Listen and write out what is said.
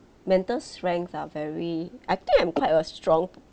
mental strength are very I think I'm quite a strong